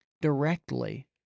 directly